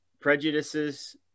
prejudices